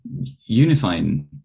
unifying